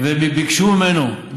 וביקשו ממנו שיהיה בריא.